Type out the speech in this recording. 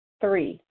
Three